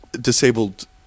disabled